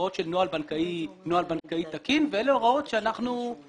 הוראות של נוהל בנקאי תקין ואלה הוראות שאנחנו